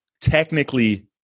technically